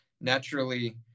naturally